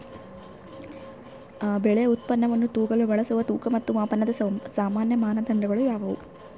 ಬೆಳೆ ಉತ್ಪನ್ನವನ್ನು ತೂಗಲು ಬಳಸುವ ತೂಕ ಮತ್ತು ಮಾಪನದ ಸಾಮಾನ್ಯ ಮಾನದಂಡಗಳು ಯಾವುವು?